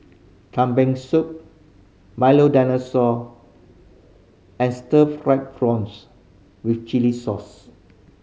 Kambing Soup Milo Dinosaur and stir fried prawns with chili sauce